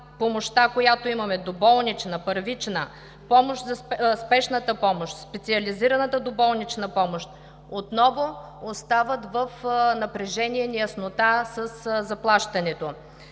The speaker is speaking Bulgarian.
помощта, която имаме – доболнична, първична, спешна помощ, специализираната доболнична помощ, отново остават в напрежение и неяснота със заплащането.